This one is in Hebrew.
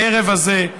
הערב הזה,